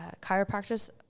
chiropractors